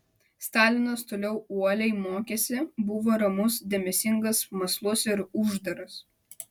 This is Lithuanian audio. stalinas toliau uoliai mokėsi buvo ramus dėmesingas mąslus ir uždaras